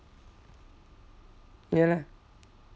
ya lah